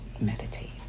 Meditate